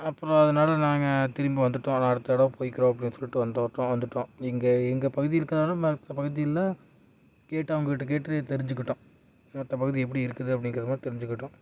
அப்புறம் அதனால் நாங்கள் திரும்பி வந்துவிட்டோம் நான் அடுத்து தடவை போயிக்கிறோம் அப்படின்னு சொல்லிட்டு வந்துட்டோம் வந்துவிட்டோம் இங்கே எங்கள் பகுதி இருக்கிறனால மற்ற பகுதியில் கேட்டு அவங்கக் கிட்டே கேட்டு தெரிஞ்சுக்கிட்டோம் மற்ற பகுதி எப்படி இருக்குது அப்படிங்கிற மாதிரி தெரிஞ்சுக்கிட்டோம்